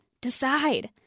decide